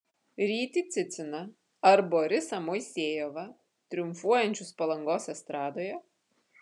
rytį ciciną ar borisą moisejevą triumfuojančius palangos estradoje